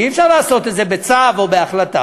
אי-אפשר לעשות את זה בצו או בהחלטה,